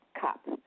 cup